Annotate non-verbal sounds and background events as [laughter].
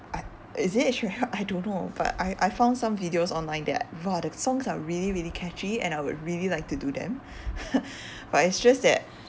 I is it should h~ I don't know but I I found some videos online that !wah! the songs are really really catchy and I would really like to do them but [laughs] it's just that